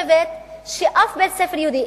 אף בית-ספר יהודי,